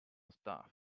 staff